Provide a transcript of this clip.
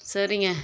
சரிங்க